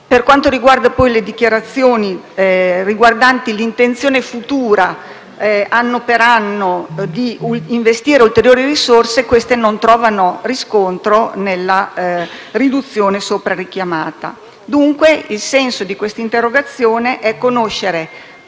Per quanto riguarda, poi, le dichiarazioni concernenti l'intenzione futura, anno per anno, di investire ulteriori risorse, queste non trovano riscontro nella riduzione sopra richiamata. Dunque, il senso di questa interrogazione è conoscere